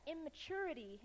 immaturity